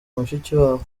mushikiwabo